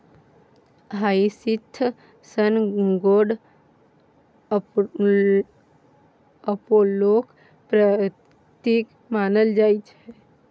hyacinth सन गोड अपोलोक प्रतीक मानल जाइ छै